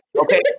Okay